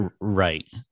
right